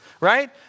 right